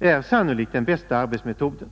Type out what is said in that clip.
är sannolikt den bästa arbetsmetoden.